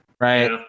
right